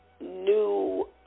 New